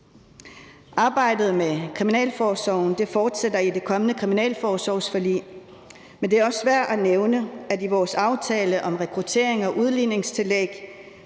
Arbejdet med kriminalforsorgen fortsætter i det kommende kriminalforsorgsforlig. Men det er også værd at nævne, at vores aftale om rekruttering og udligningstillæg